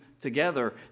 together